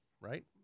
right